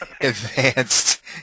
advanced